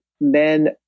men